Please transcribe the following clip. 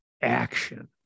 action